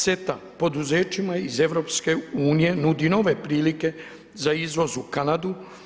CETA poduzećima iz EU nudi nove prilike za izvoz u Kanadu.